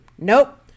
Nope